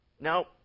No